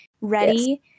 ready